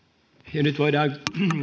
nyt voidaan